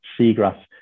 seagrass